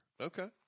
Okay